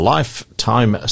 Lifetime